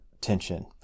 tension